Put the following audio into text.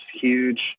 huge